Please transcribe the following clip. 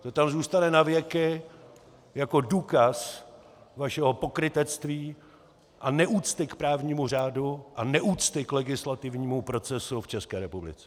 To tam zůstane navěky jako důkaz vašeho pokrytectví, neúcty k právnímu řádu a neúcty k legislativnímu procesu v České republice.